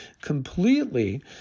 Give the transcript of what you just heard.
completely